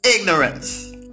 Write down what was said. ignorance